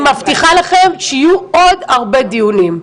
אני מבטיחה לכם שיהיו עוד הרבה דיונים.